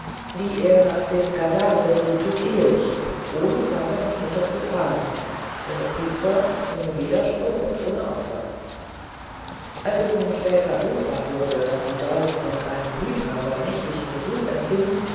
die er nach dem gandharven ritus ehelichte ohne vater und mutter zu fragen ohne priester ohne vedaspruch und ohne opfer als es nun später ruchbar wurde daß sie dort von einem liebhaber nächtige besuche empfinge